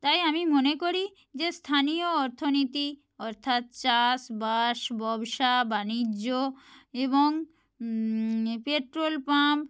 তাই আমি মনে করি যে স্থানীয় অর্থনীতি অর্থাৎ চাষবাস ব্যবসা বাণিজ্য এবং পেট্রোল পাম্প